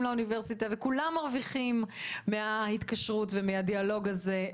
לאוניברסיטה וכולם מרוויחים מן ההתקשרות ומן הדיאלוג הזה.